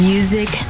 Music